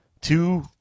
two